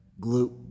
glute